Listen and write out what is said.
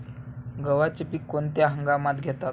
गव्हाचे पीक कोणत्या हंगामात घेतात?